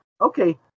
okay